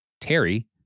Terry